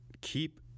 keep